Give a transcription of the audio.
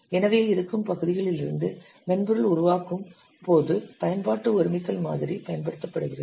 எனவே இருக்கும் பகுதிகளிலிருந்து மென்பொருள் உருவாக்கும்போது பயன்பாட்டு ஒருமித்தல் மாதிரி பயன்படுத்தப்படுகிறது